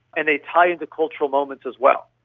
and they tie into cultural moments as well.